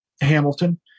Hamilton